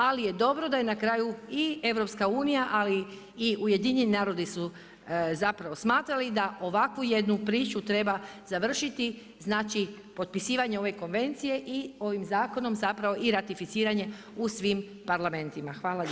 Ali je dobro da je na kraju i EU ali i UN su zapravo smatrali da ovakvu jednu priču treba završiti, znači potpisivanje ove konvencije i ovim zakonom zapravo i ratificiranje u svim parlamentima.